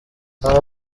aba